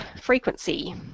frequency